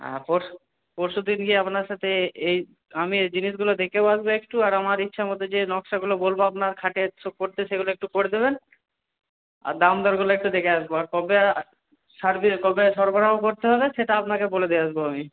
হ্যাঁ পরশু পরশুদিন গিয়ে আপনার সাথে এই আমি এই জিনিসগুলো দেখেও আসবো একটু আর আমার ইচ্ছামতো যে নকশাগুলো বলবো আপনার খাটে শো করতে সেগুলো একটু করে দেবেন আর দামদরগুলো একটু দেখে আসবো আর কবে ছাড়বে কবে সরবরাহ করতে হবে সেটা আপনাকে বলে দিয়ে আসবো আমি